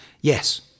Yes